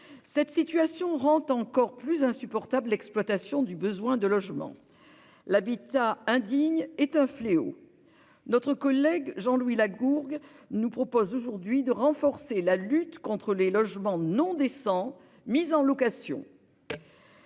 Cette situation rend encore plus insupportable l'exploitation du besoin de logement. L'habitat indigne est un fléau. Notre collègue Jean-Louis Lagourgue nous propose aujourd'hui de renforcer la lutte contre les logements non décents mis en location.